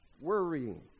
Worrying